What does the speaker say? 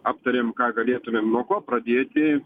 aptarėm ką galėtumėm nuo ko pradėti